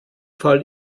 fall